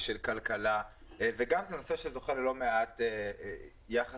של אכיפה וגם נושא שזוכה ללא מעט יחס